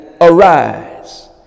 Arise